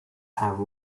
have